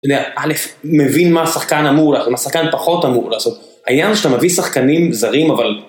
יודע, א' מבין מה שחקן אמור לעשות, מה שחקן פחות אמור לעשות. העניין הוא שאתה מביא שחקנים זרים אבל...